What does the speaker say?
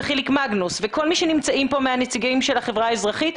חיליק מגנוס וכל מי שנמצאים כאן מהנציגים של החברה האזרחית,